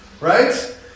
Right